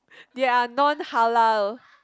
they are non-halal